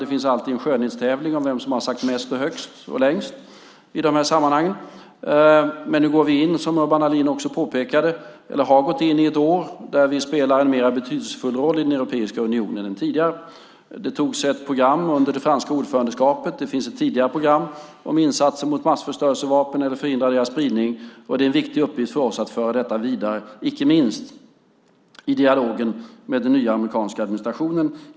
Det finns alltid en skönhetstävling om vem som har sagt mest och talat högst och längst. Nu har vi, som Urban Ahlin också påpekade, gått in i ett år där vi spelar en mer betydelsefull roll i Europeiska unionen än tidigare. Det antogs ett program under det franska ordförandeskapet. Det finns ett tidigare program om insatser mot massförstörelsevapen och om förhindrande av deras spridning. Det är en viktig uppgift för oss att föra detta vidare, inte minst i dialogen med den nya amerikanska administrationen.